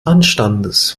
anstandes